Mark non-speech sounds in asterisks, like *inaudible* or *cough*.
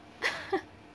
*laughs*